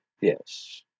Yes